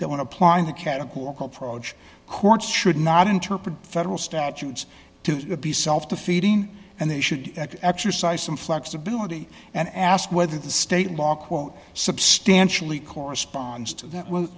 that when applying the categorical prog courts should not interpret federal statutes to be self defeating and they should exercise some flexibility and ask whether the state law quote substantially corresponds to that will